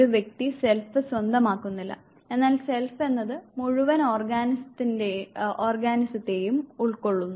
ഒരു വ്യക്തി സെൽഫ് സ്വന്തമാക്കുന്നില്ല എന്നാൽ സെൽഫ് എന്നത് മുഴുവൻ ഓർഗാനിസത്തെയും ഉൾക്കൊള്ളുന്നു